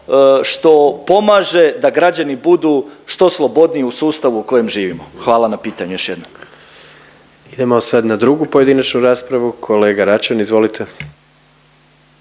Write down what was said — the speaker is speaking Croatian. što pomaže da građani budu što slobodniji u sustavu u kojem živimo. Hvala na pitanju još jednom. **Jandroković, Gordan (HDZ)** Idemo sad na drugu pojedinačnu raspravu, kolega Račan izvolite.